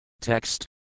Text